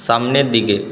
সামনের দিকে